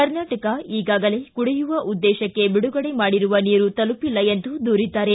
ಕರ್ನಾಟಕ ಈಗಾಗಲೇ ಕುಡಿಯುವ ಉದ್ದೇಶಕ್ಕೆ ಬಿಡುಗಡೆ ಮಾಡಿರುವ ನೀರು ತಲುಪಿಲ್ಲ ಎಂದು ದೂರಿದ್ದಾರೆ